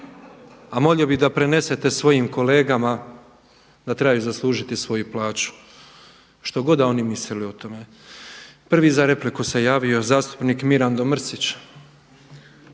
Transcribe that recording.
a molio bih da prenesete svojim kolegama da trebaju zaslužiti svoju plaću što god da oni mislili o tome. Prvi za repliku se javio zastupnik Mirando Mrsić.